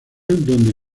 donde